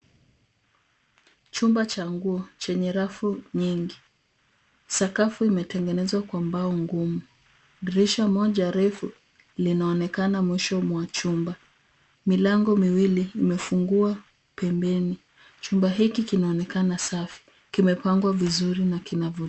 Chumba cha nguo chenye rafu nyingi, sakafu imetengenezwa kwa mbao ngumu. Dirisha moja refu linaonekana mwisho mwa chumba. Milango miwili imefungua pembeni, chumba hiki kinaonekana safi kimepangwa vizuri na kinavutia.